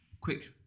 quick